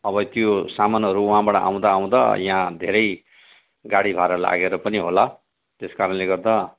अब त्यो सामानहरू वहाँबाट आउँदा आउँदा यहाँ धेरै गाडी भारा लागेर पनि होला त्यसकारणले गर्दा